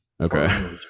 okay